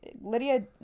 Lydia